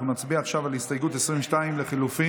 אנחנו נצביע עכשיו על הסתייגות 22 לחלופין.